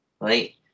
right